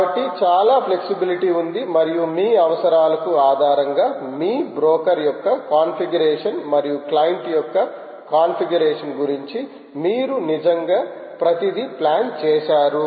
కాబట్టి చాలా ఫ్లెక్సిబిలిటీ ఉంది మరియు మీ అవసరాల ఆధారంగా మీ బ్రోకర్ యొక్క కాన్ఫిగరేషన్ మరియు క్లయింట్ యొక్క కాన్ఫిగరేషన్ గురించి మీరు నిజంగా ప్రతిదీ ప్లాన్ చేసారు